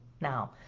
Now